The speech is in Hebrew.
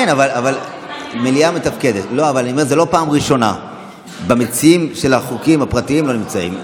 זו לא פעם ראשונה שהמציעים של החוקים הפרטיים לא נמצאים.